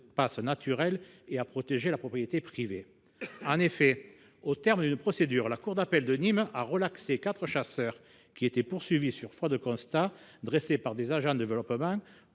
naturels et à protéger la propriété privée. Au terme d’une procédure, la cour d’appel de Nîmes a relaxé quatre chasseurs qui étaient poursuivis, sur la foi d’un constat dressé par des agents de développement